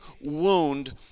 wound